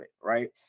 right